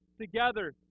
together